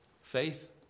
Faith